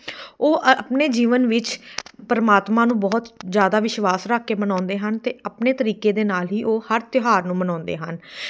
ਉਹ ਆਪਣੇ ਜੀਵਨ ਵਿੱਚ ਪਰਮਾਤਮਾ ਨੂੰ ਬਹੁਤ ਜਿਆਦਾ ਵਿਸ਼ਵਾਸ ਰੱਖ ਕੇ ਮਨਾਉਂਦੇ ਹਨ ਅਤੇ ਆਪਣੇ ਤਰੀਕੇ ਦੇ ਨਾਲ ਹੀ ਉਹ ਹਰ ਤਿਉਹਾਰ ਨੂੰ ਮਨਾਉਂਦੇ ਹਨ